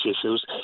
issues